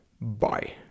Bye